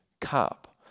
cup